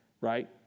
right